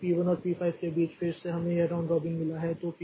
इसलिए पी 1 और पी 5 के बीच फिर से हमें यह राउंड रॉबिन मिला है